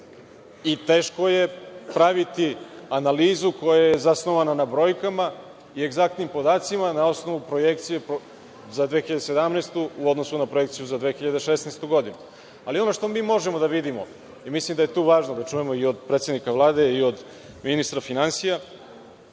godinu. Teško je praviti analizu koja je zasnovana na brojkama i egzaktnim podacima na osnovu projekcije za 2017. u odnosu na projekciju za 2016. godinu. Ali, ono što mi možemo da vidimo, mislim da je to važno da čujemo i od predsednika Vlade i od ministra finansija,